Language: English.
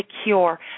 secure